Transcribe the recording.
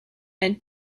and